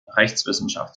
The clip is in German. rechtswissenschaft